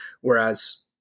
Whereas